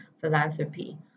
philanthropy